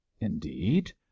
Indeed